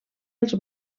els